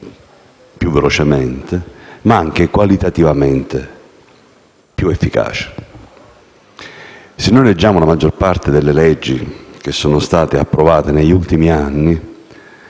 più velocemente ma anche qualitativamente più efficace. Se noi leggiamo la maggior parte delle leggi che sono state approvate negli ultimi anni,